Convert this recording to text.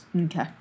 Okay